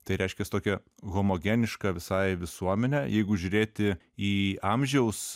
tai reiškias tokia homogeniška visai visuomenė jeigu žiūrėti į amžiaus